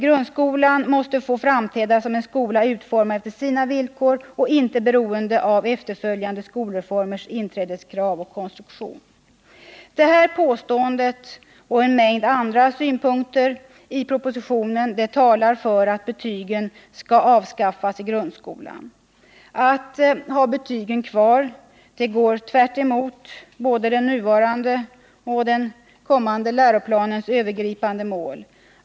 Grundskolan måste få framträda som en skola utformad efter sina villkor, inte beroende av efterföljande skolformers inträdeskrav och konstruktion.” Detta påstående och en mängd andra synpunkter i propositionen talar för att betygen skall avskaffas i grundskolan. Att ha betygen kvar går tvärtemot både den nuvarande och den kommande läroplanens övergripande mål.